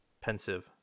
Pensive